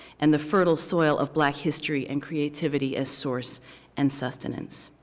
and the fertile soil of black history and creativity as source and sustenance.